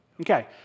Okay